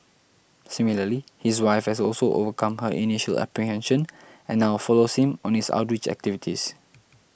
similarly his wife has also overcome her initial apprehension and now follows him on his outreach activities